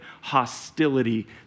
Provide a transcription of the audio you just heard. hostility